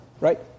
right